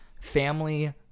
family